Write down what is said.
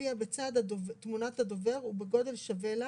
תופיע בצד תמונת הדובר ובגודל שווה לה